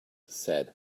said